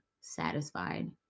satisfied